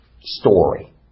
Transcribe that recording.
story